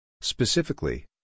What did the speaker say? Specifically